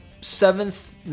seventh